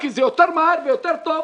כי זה יותר מהר ויותר טוב.